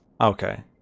Okay